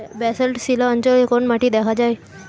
Basalt শিলা অঞ্চলে কোন মাটি দেখা যায়?